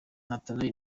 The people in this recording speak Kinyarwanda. nathalie